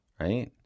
right